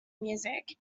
music